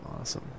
Awesome